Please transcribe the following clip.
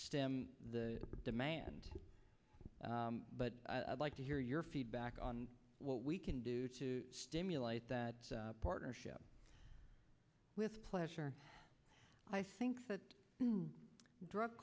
stem the demand but i'd like to hear your feedback on what we can do to stimulate that partnership with pleasure i think that drug